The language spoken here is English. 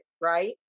right